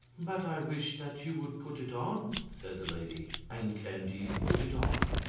but i wish that you would put it on, said the lady. and candide put it on.